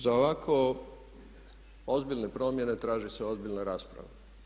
Za ovako ozbiljne promjene traži se ozbiljna rasprava.